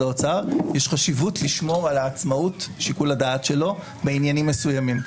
האוצר יש חשיבות לשמור על עצמאות שיקול הדעת שלו בעניינים מסוימים.